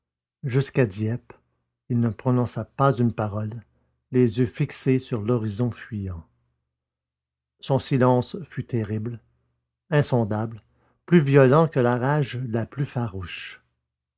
jusqu'à dieppe il ne prononça pas une parole les yeux fixés sur l'horizon fuyant son silence fut terrible insondable plus violent que la rage la plus farouche